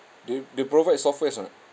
they they provide softwares or not